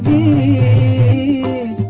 a